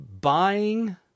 buying